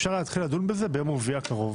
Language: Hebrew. אפשר היה להתחיל לדון בזה ביום רביעי הקרוב